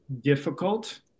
difficult